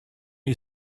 you